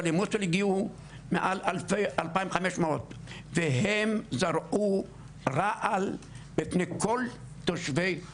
אבל הגיעו מעל 2,500 והם זרעו רעל בפני כל תושבי מוסול.